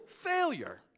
failure